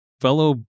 fellow